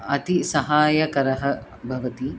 अति सहायकरः भवति